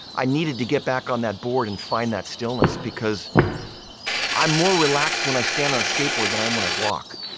i needed to get back on that board and find that stillness because i'm more relaxed when i stand on a skateboard than i am when i walk.